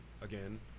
again